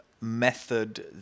method